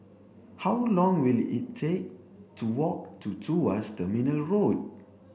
how long will it take to walk to Tuas Terminal Road